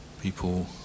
People